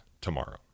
tomorrow